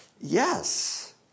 Yes